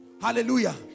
Hallelujah